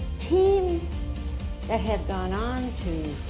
teams that have gone on to